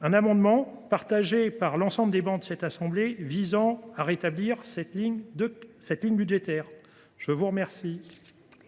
un amendement, partagé par l’ensemble des travées de cette assemblée, visant à rétablir cette ligne budgétaire. La parole